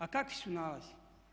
A kakvi su nalazi?